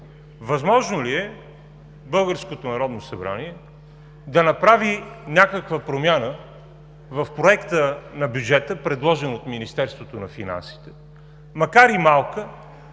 Народно събрание да направи някаква промяна в проекта на бюджета, предложен от Министерството на финансите, макар и малка,